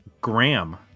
Graham